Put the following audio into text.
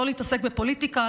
לא להתעסק בפוליטיקה,